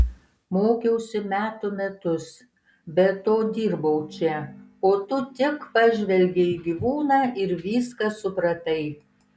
mokiausi metų metus be to dirbau čia o tu tik pažvelgei į gyvūną ir viską supratai